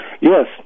Yes